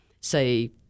say